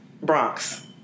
Bronx